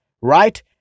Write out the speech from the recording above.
right